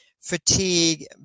fatigue